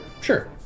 Sure